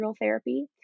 Therapy